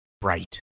bright